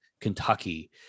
Kentucky